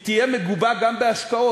היא תהיה מגובה גם בהשקעות.